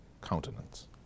countenance